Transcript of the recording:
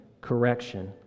correction